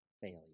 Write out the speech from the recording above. failure